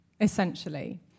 essentially